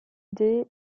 day